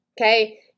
okay